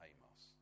Amos